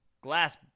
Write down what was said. glass